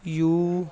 U